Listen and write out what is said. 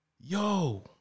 Yo